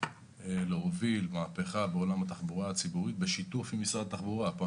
להוביל מהפכה בעולם התחבורה הציבורית בשיתוף עם משרד התחבורה.